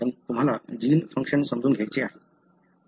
कारण तुम्हाला gene function समजून घ्यायचे आहे